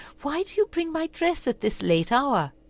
why do you bring my dress at this late hour?